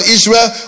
Israel